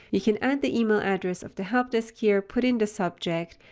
you can add the email address of the help desk here, put in the subject,